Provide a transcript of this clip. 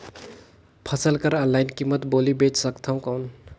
फसल कर ऑनलाइन कीमत बोली बेच सकथव कौन?